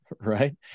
Right